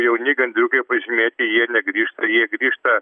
jauni gandriukai pažymėti jie negrįžta jie grįžta